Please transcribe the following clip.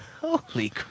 Holy